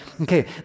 Okay